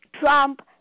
Trump